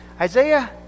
Isaiah